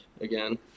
again